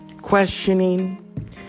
questioning